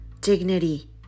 dignity